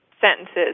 sentences